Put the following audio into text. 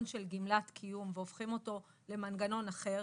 של גמלת קיום והופכים אותו למנגנון אחר,